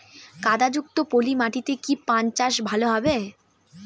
কাদা যুক্ত পলি মাটিতে কি পান চাষ ভালো হবে?